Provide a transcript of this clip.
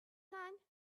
sand